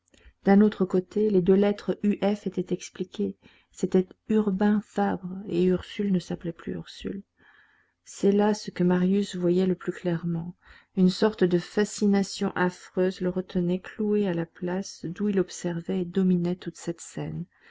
d'un autre côté les deux lettres u f étaient expliquées c'était urbain fabre et ursule ne s'appelait plus ursule c'est là ce que marius voyait le plus clairement une sorte de fascination affreuse le retenait cloué à la place d'où il observait et dominait toute cette scène